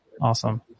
awesome